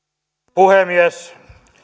puhemies